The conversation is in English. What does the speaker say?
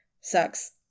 Sucks